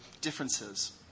differences